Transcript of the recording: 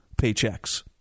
paychecks